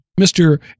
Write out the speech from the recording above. Mr